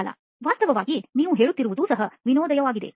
ಬಾಲಾ ವಾಸ್ತವವಾಗಿ ನೀವು ಹೇಳುತ್ತಿರುವುದು ಸಹ ವಿನೋದಮಯವಾಗಿದೆ